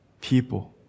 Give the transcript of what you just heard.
people